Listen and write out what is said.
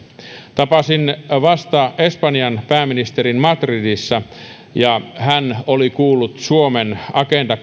tapasin vasta espanjan pääministerin madridissa ja hän oli kuullut suomen agenda